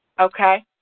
Okay